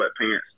sweatpants